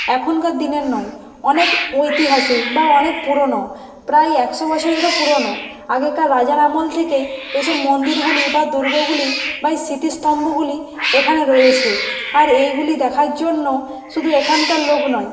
এখনকার দিনের নয় অনেক ঐতিহাসিক বা অনেক পুরোনো প্রায় একশো বছরেরও পুরোনো আগেকার রাজার আমল থেকেই এইসব মন্দিরগুলি বা দুর্গগুলি বা এই স্মৃতিস্তম্ভগুলি এখানে রয়েছে আর এইগুলি দেখার জন্য শুধু এখানকার লোক নয়